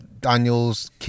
Daniels